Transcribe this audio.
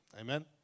amen